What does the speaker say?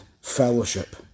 fellowship